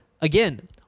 again